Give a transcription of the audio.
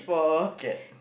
get